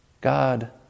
God